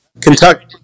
Kentucky